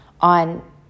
on